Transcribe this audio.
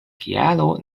kialo